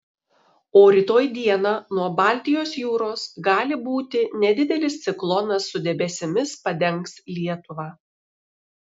o rytoj dieną nuo baltijos jūros gali būti nedidelis ciklonas su debesimis padengs lietuvą